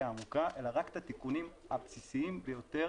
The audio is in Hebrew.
עמוקה אלא רק את התיקונים הבסיסיים ביותר